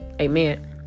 Amen